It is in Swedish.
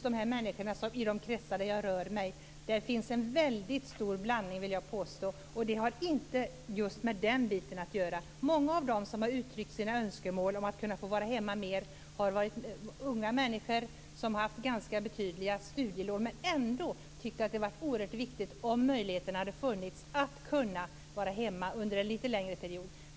bland människor i de kretsar där jag rör mig finns det, vill jag påstå, en väldigt stor blandning och det har inte just med nämnda bit att göra. Många av dem som uttryckt önskemål om att kunna få vara hemma mer är unga människor med ganska betydande studielån men som ändå tyckt att det är oerhört viktigt att, om möjligheten hade funnits, kunna vara hemma under en lite längre period.